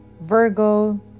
Virgo